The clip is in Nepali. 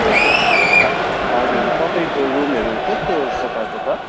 हजुर हजुर तपाईँको रुमहरू कस्तो प्रकारको छ